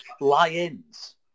lions